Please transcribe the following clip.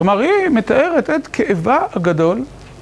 כלומר היא מתארת את כאבה הגדול.